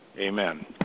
Amen